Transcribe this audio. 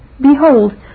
Behold